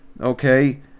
Okay